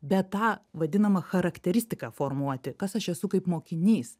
bet tą vadinamą charakteristiką formuoti kas aš esu kaip mokinys